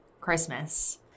christmas